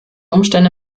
umstände